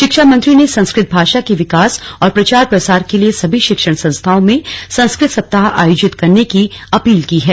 शिक्षा मंत्री ने संस्कृत भाषा के विकास और प्रचार प्रसार के लिए सभी शिक्षण संस्थाओं में संस्कृत सप्ताह आयोजित करने की अपील कि है